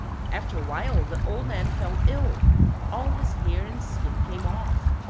after a while the old man fell ill all his hair and skin came off.